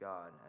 God